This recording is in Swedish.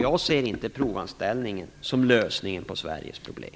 Jag ser inte provanställningen som lösningen på Sveriges problem.